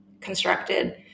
constructed